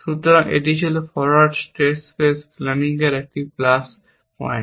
সুতরাং এটি ছিল ফরোয়ার্ড স্টেট স্পেস প্ল্যানিংয়ের একটি প্লাস পয়েন্ট